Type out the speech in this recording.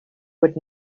would